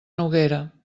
noguera